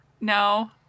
No